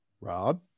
Rob